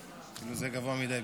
חי בגן עדן.